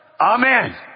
Amen